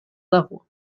level